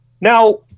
Now